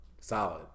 Solid